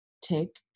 take